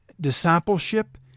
discipleship